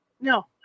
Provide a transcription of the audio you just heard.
No